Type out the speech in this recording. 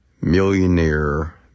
Millionaire